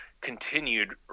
continued